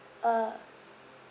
uh